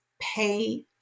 pay